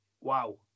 wow